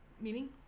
Meaning